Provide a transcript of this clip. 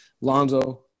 Lonzo